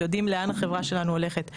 יודעים לאן החברה שלנו הולכת.